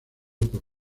por